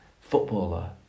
footballer